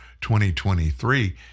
2023